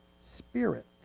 Spirit